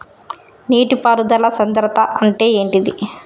నీటి పారుదల సంద్రతా అంటే ఏంటిది?